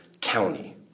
County